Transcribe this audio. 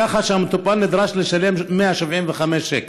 ככה שהמטופל נדרש לשלם 175 שקלים,